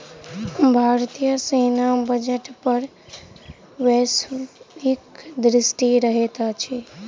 भारतीय सेना बजट पर वैश्विक दृष्टि रहैत अछि